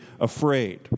afraid